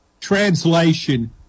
Translation